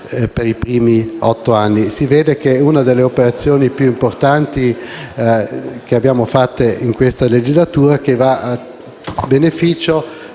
Grazie